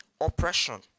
Oppression